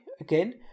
again